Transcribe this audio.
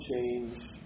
change